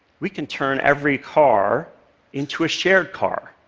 we can turn every car into a shared car,